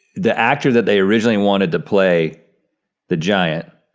the actor that they originally wanted to play the giant